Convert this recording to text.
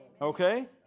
Okay